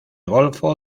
golfo